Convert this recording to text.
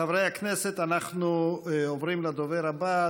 חברי הכנסת, אנחנו עוברים לדובר הבא.